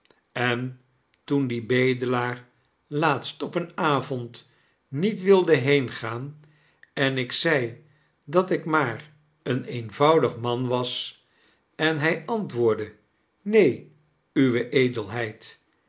en toen die bedelaar laatst op een avond niet wilde heengaan en ik zei dat ik maar een eenvoudig man was en hi antwoordde neen uwe